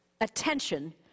attention